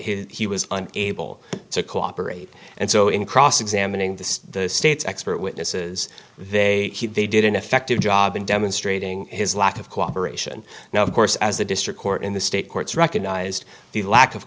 he was able to cooperate and so in cross examining the state's expert witnesses they they did an effective job in demonstrating his lack of cooperation now of course as the district court in the state courts recognized the lack of